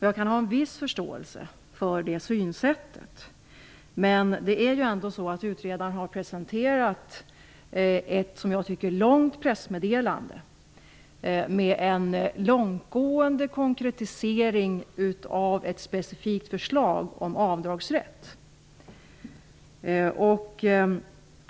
Jag kan ha en viss förståelse för det synsättet, men utredaren har ändå presenterat ett långt pressmeddelande med en långtgående konkretisering av ett specifikt förslag om avdragsrätt.